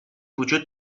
وجود